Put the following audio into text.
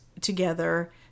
together